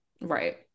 Right